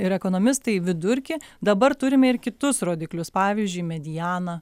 ir ekonomistai vidurkį dabar turime ir kitus rodiklius pavyzdžiui medianą